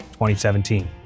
2017